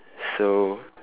so